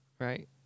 right